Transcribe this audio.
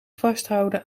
vasthouden